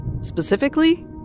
Specifically